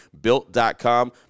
built.com